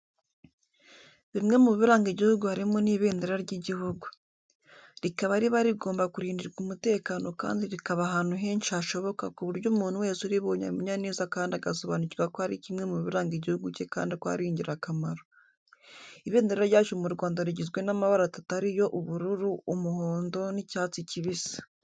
Bimwe mu biranga igihugu harimo n'ibendera ry'iguhugu. Rikaba riba rigomba kurindirwa umutekano kandi rikaba ahantu henshi hashoboka ku buryo umuntu wese uribonye amenya neza kandi agasobanukirwa ko ari kimwe mu biranga igihugu cye kandi ko ari ingirakamaro. Ibendera ryacu mu Rwanda rigizwe n'amabara atatu ariyo ubururu, umuhondo n'icyatsi kibisi.